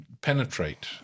penetrate